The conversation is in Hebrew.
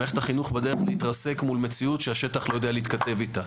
מערכת החינוך בדרך להתרסק מול מציאות שהשטח לא יודע להתכתב איתה.